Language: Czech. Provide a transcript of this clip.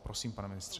Prosím, pane ministře.